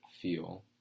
feel